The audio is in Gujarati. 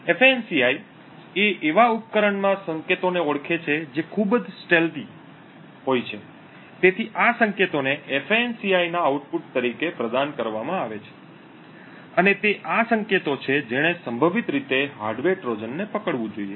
ફાન્સી એ એવા ઉપકરણમાં સંકેતોને ઓળખે છે જે ખૂબ જ છુપા હોય છે તેથી આ સંકેતોને ફાન્સી ના આઉટપુટ તરીકે પ્રદાન કરવામાં આવે છે અને તે આ સંકેતો છે જેણે સંભવિત રીતે હાર્ડવેર ટ્રોજનને પકડવું જોઈએ